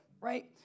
right